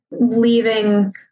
leaving